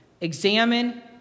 Examine